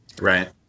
Right